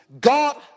God